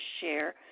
share